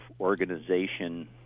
organization